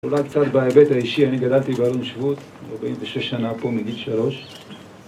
אולי קצת בהיבט האישי, אני גדלתי באלון שבות, 46 שנה פה מגיל שלוש,